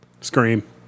Scream